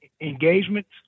engagements